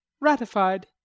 ratified